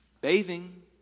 bathing